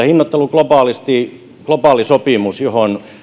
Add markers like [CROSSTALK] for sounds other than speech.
[UNINTELLIGIBLE] hinnoittelu globaalisti globaali sopimus johon